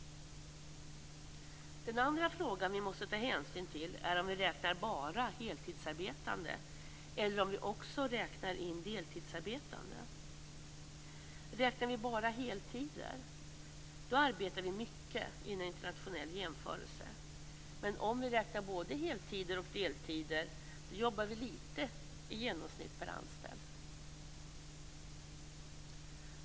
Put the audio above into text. Den andra frågan som vi måste ta hänsyn till är om vi bara räknar heltidsarbetande eller om vi också räknar in deltidsarbetande. Om vi räknar bara heltider, då arbetar vi mycket vid en internationell jämförelse. Men om vi räknar både heltider och deltider jobbar vi lite i genomsnitt per anställd.